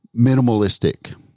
minimalistic